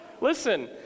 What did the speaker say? Listen